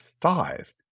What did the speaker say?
five